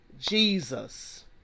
Jesus